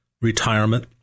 retirement